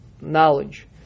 knowledge